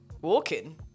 walking